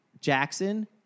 Jackson